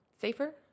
safer